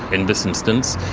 in this instance,